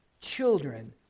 children